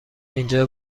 اینجا